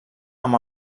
amb